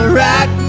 rock